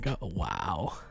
wow